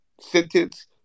sentence